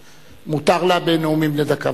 מותר לה בנאומים בני דקה.